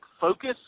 focus